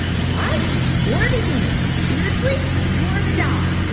guy raz, you're the human. beardsley, you're the dog.